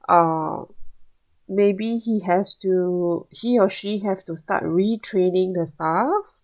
uh maybe he has to he or she has to start retraining the staff